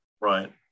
Right